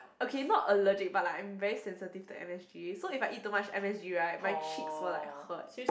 okay not allergy but like I'm very sensitive to M_S_G so if I eat too much M_S_G right my cheeks will like hurt